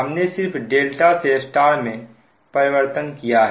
हमने सिर्फ ∆ से Y में परिवर्तित किया है